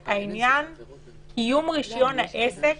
קיום רישיון העסק